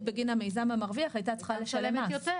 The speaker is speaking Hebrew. בגין המיזם המרוויח הייתה צריכה לשלם מס.